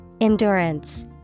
Endurance